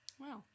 Wow